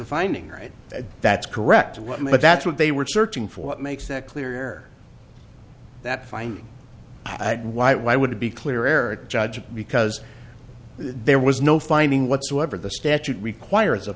finding right that's correct what that's what they were searching for what makes that clear that fine white why would it be clear or judge because there was no finding whatsoever the statute requires a